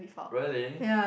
really